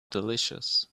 delicious